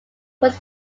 was